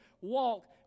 walk